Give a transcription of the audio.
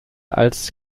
als